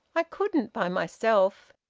i couldn't, by myself.